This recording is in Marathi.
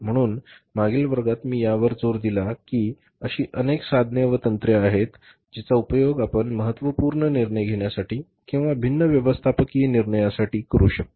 म्हणून मागील वर्गात मी यावर जोर दिला की अशी अनेक साधने व तंत्रे आहेत जिचा उपयोग आपण महत्त्वपूर्ण निर्णय घेण्यासाठी किंवा भिन्न व्यवस्थापकीय निर्णयासाठी करू शकतो